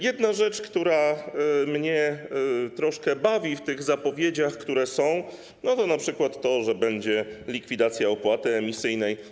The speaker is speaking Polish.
Jedna rzecz, która mnie troszkę bawi w tych zapowiedziach, które są, to np. to, że będzie likwidacja opłaty emisyjnej.